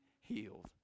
healed